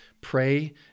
pray